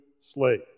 slave